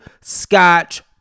scotch